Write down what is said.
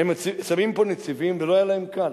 והם שמים פה נציבים, ולא היה להם קל.